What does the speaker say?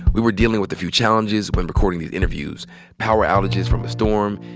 we were dealing with a few challenges when recording these interviews power outages from a storm,